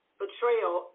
betrayal